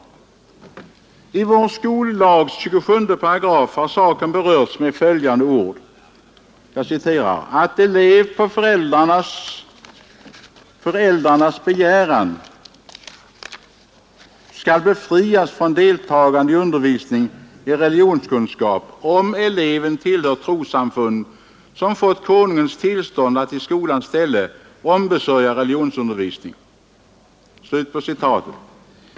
I vår skollags 27 § har saken berörts med följande ord: ”——— att elev på föräldrarnas begäran skall befrias från deltagande i undervisning i religionskunskap, om eleven tillhör trossamfund som fått Konungens tillstånd att i skolans ställe ombesörja religionsundervisning”.